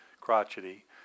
crotchety